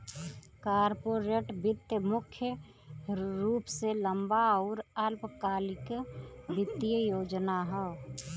corporate वित्त मुख्य रूप से लंबा आउर अल्पकालिक वित्तीय योजना हौ